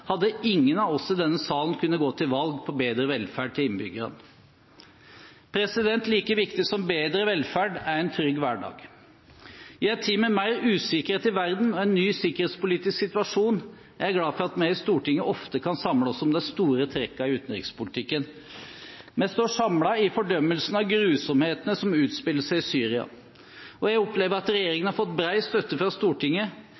hadde ingen av oss i denne salen kunnet gå til valg på bedre velferd til innbyggerne. Like viktig som bedre velferd er en trygg hverdag. I en tid med mer usikkerhet i verden og en ny sikkerhetspolitisk situasjon er jeg glad for at vi i Stortinget ofte kan samle oss om de store trekkene i utenrikspolitikken. Vi står samlet i fordømmelsen av grusomhetene som utspiller seg i Syria. Jeg opplever at